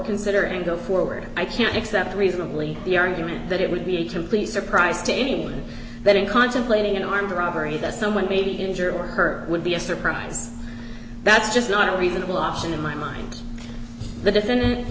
consider and go forward i can't accept reasonably the argument that it would be a complete surprise to anyone that in contemplating an armed robbery that someone may be injured or her would be a surprise that's just not a reasonable option in my mind the defendant